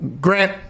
Grant